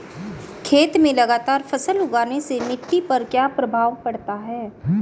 खेत में लगातार फसल उगाने से मिट्टी पर क्या प्रभाव पड़ता है?